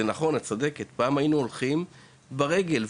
את צודקת, פעם היינו הולכים לבית הספר ברגל.